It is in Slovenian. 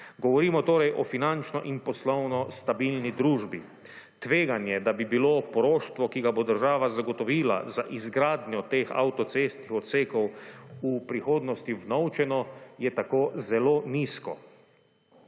Govorimo o finančno in poslovno stabilni družbi. Tveganje, da bi bilo poroštvo, ki ga bo država zagotovila za izgradnjo teh avtocestnih odsekov v prihodnosti vnovčeno je tako zelo nizko.